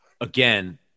again